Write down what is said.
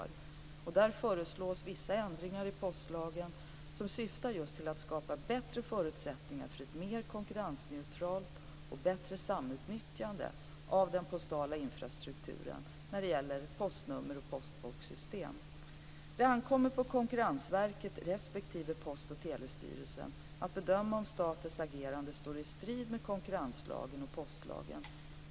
I propositionen föreslås vissa ändringar i postlagen som syftar just till att skapa bättre förutsättningar för ett mer konkurrensneutralt och bättre samutnyttjande av den postala infrastrukturen när det gäller postnummeroch postboxsystem. Det ankommer på Konkurrensverket respektive Post och telestyrelsen att bedöma om Postens agerande står i strid med konkurrenslagen och postlagen.